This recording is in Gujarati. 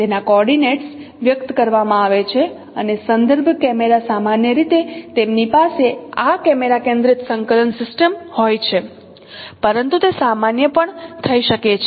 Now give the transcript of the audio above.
તેના કોઓર્ડિનેટ્સ વ્યક્ત કરવામાં આવે છે અને સંદર્ભ કેમેરા સામાન્ય રીતે તેમની પાસે આ કેમેરા કેન્દ્રિત સંકલન સિસ્ટમ હોય છે પરંતુ તે સામાન્ય પણ થઈ શકે છે